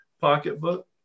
Pocketbook